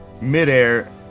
mid-air